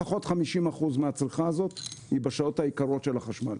לפחות 50% מהצריכה הזאת היא בשעות היקרות של החשמל.